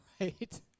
Right